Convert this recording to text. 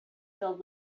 filled